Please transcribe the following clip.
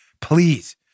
Please